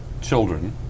children